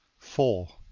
four.